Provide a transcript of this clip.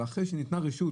אבל אחרי שניתנה רשות